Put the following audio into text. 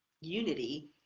unity